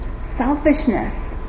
selfishness